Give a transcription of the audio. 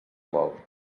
vol